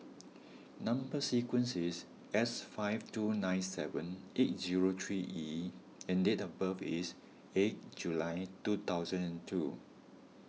Number Sequence is S five two nine seven eight zero three E and date of birth is eight July two thousand and two